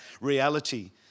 reality